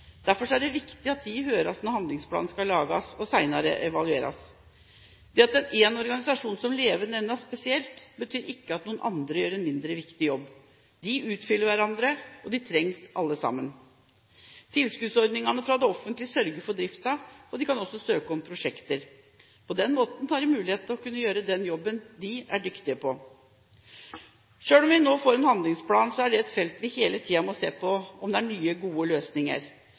Derfor er det viktig at de høres når handlingsplanen skal lages og senere evalueres. Det at en organisasjon som LEVE nevnes spesielt, betyr ikke at andre gjør en mindre viktig jobb. De utfyller hverandre, og de trengs alle sammen. Tilskuddsordningene fra det offentlige sørger for driften, og de kan også søke om prosjekter. På den måten har de mulighet til å kunne gjøre den jobben de er dyktige på. Selv om vi nå får en handlingsplan, er dette et felt der vi hele tiden må se på om det er nye gode løsninger.